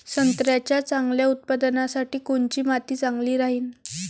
संत्र्याच्या चांगल्या उत्पन्नासाठी कोनची माती चांगली राहिनं?